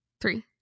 Three